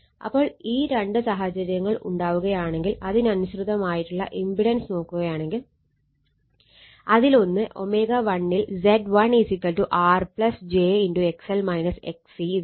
അപ്പോൾ ഈ രണ്ട് സാഹചര്യങ്ങൾ ഉണ്ടാവുകയാണെങ്കിൽ അതിനനുസൃതമായിട്ടുള്ള ഇമ്പിടൻസ് നോക്കുകയാണെങ്കിൽ അതിലൊന്ന് ω1 ൽ Z1 R j R jR